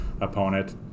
opponent